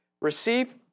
receive